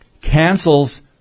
cancels